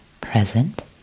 present